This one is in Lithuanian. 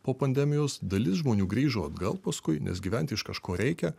po pandemijos dalis žmonių grįžo atgal paskui nes gyventi iš kažko reikia